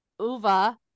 uva